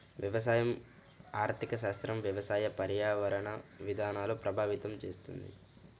వ్యవసాయ ఆర్థిక శాస్త్రం వ్యవసాయ, పర్యావరణ విధానాలను ప్రభావితం చేస్తుంది